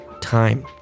time